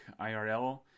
IRL